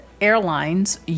Airlines